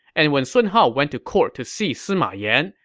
and when sun hao went to court to see sima yan,